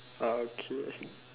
uh okay